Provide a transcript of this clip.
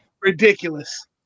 ridiculous